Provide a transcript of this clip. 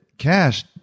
cash